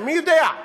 מי יודע?